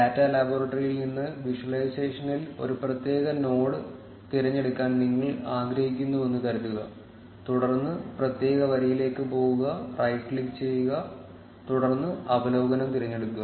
data ലബോറട്ടറിയിൽ നിന്ന് വിഷ്വലൈസേഷനിൽ ഒരു പ്രത്യേക നോഡ് തിരഞ്ഞെടുക്കാൻ നിങ്ങൾ ആഗ്രഹിക്കുന്നുവെന്ന് കരുതുക തുടർന്ന് പ്രത്യേക വരിയിലേക്ക് പോകുക റൈറ്റ് ക്ലിക്ക് ചെയ്യുക തുടർന്ന് അവലോകനം തിരഞ്ഞെടുക്കുക